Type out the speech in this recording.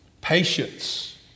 patience